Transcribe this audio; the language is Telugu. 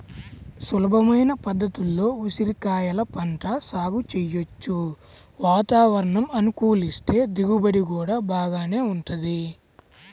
సులభమైన పద్ధతుల్లో ఉసిరికాయల పంట సాగు చెయ్యొచ్చు, వాతావరణం అనుకూలిస్తే దిగుబడి గూడా బాగానే వుంటది